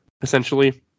essentially